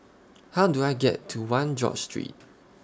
How Do I get to one George Street